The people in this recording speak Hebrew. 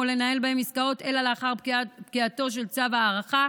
לנהל בהם עסקאות אלא לאחר פקיעתו של צו ההארכה,